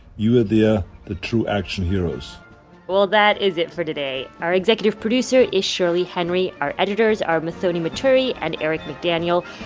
you are the ah the true action heroes well, that is it for today. our executive producer is shirley henry. our editors are muthoni muturi and eric mcdaniel.